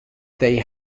they